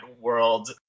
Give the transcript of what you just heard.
world